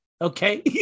okay